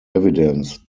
evidence